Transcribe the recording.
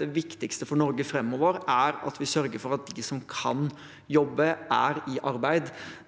Det viktigste for Norge framover er at vi sørger for at de som kan jobbe, er i arbeid.